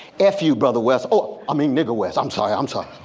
f you brother west. oh i mean nigger west. i'm sorry, i'm sorry.